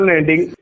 ending